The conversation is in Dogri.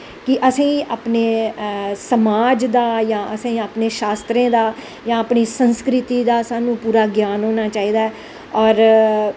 कि असेंगी अपनें समाज़ दा जां अपनें शास्त्रें दा जां अपनी संस्कृति दा स्हानू ग्यान होनां चाही दा ऐ और